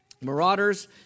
Marauders